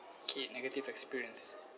okay negative experience